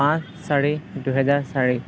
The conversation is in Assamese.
আঠ চাৰি দুহেজাৰ চাৰি